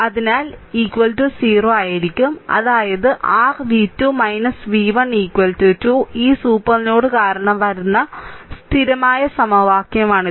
അതിനാൽ 0 അതായത് r v2 v1 2 ഈ സൂപ്പർ നോഡ് കാരണം വരുന്ന സ്ഥിരമായ സമവാക്യമാണിത്